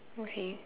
okay